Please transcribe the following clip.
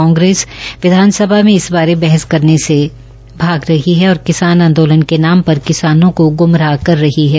कांग्रेस विधानसभा में इस बारे बहस करने से भाग रही है और किसान आंदोलन के नाम पर किसानों को ग्मराह कर रही है